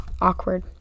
awkward